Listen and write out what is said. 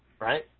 right